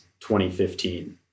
2015